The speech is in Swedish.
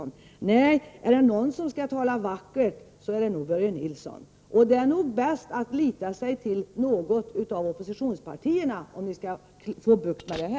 Nej, är det någon som skall tala vackert, då är det Börje Nilsson. Det är nog bäst att socialdemokraterna förlitar sig på något av oppositionspartierna om de skall få bukt med detta.